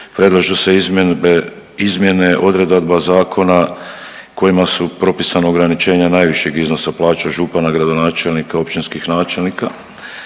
predlažu se izmjene odredaba zakona kojima su propisana ograničenja najvišeg iznosa plaća župana, gradonačelnika, općinskih načelnika.